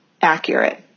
accurate